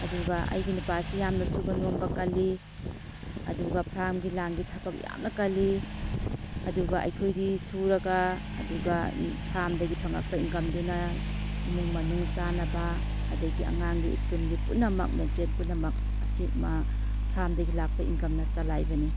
ꯑꯗꯨꯒ ꯑꯩꯒꯤ ꯅꯨꯄꯥꯁꯤ ꯌꯥꯝꯅ ꯁꯨꯕ ꯅꯣꯝꯕ ꯀꯜꯂꯤ ꯑꯗꯨꯒ ꯐ꯭ꯔꯥꯝꯒꯤ ꯂꯥꯡꯒꯤ ꯊꯕꯛ ꯌꯥꯝꯅ ꯀꯜꯂꯤ ꯑꯗꯨꯒ ꯑꯩꯈꯣꯏꯗꯤ ꯁꯨꯔꯒ ꯑꯗꯨꯒ ꯐꯥꯝꯗꯒꯤ ꯐꯪꯉꯛꯄ ꯏꯟꯀꯝꯗꯨꯅ ꯏꯃꯨꯡ ꯃꯅꯨꯡ ꯆꯥꯅꯕ ꯑꯗꯒꯤ ꯑꯉꯥꯡꯒꯤ ꯁ꯭ꯀꯨꯜꯒꯤ ꯄꯨꯟꯅꯃꯛ ꯃꯦꯟꯇꯦꯟ ꯄꯨꯝꯅꯃꯛ ꯑꯁꯤ ꯃꯥ ꯐꯥꯝꯗꯒꯤ ꯂꯥꯛꯄ ꯏꯟꯀꯝꯅ ꯆꯂꯥꯏꯕꯅꯤ